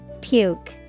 Puke